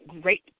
great